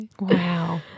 Wow